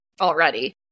already